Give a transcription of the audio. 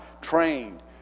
trained